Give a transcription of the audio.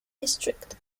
district